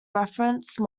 reference